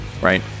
right